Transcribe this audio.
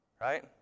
right